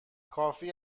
کافی